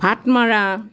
হাত মৰা